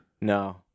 no